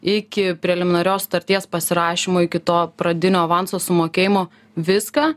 iki preliminarios sutarties pasirašymo iki to pradinio avanso sumokėjimo viską